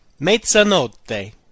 mezzanotte